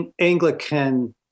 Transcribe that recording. Anglican